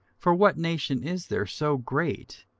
for what nation is there so great,